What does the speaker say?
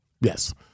Yes